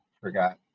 forgot